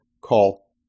call